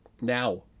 now